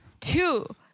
Two